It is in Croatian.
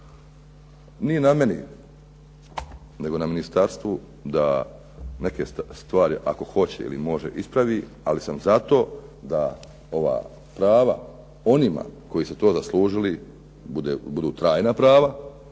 Nije na meni nego na ministarstvu da neke stvari ako hoće ili može ispravi, ali sam zato da ova prava onima koji su to zaslužili budu trajna prava.